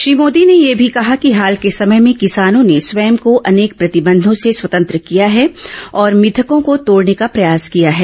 श्री मोदी ने यह भी कहा कि हाल के समय में किसानों ने स्वयं को अनेक प्रतिबंधों से स्वतंत्र किया है और मिथकों को तोड़ने का प्रयास किया है